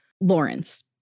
lawrence